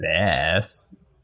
best